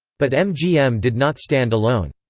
but mgm did not stand alone.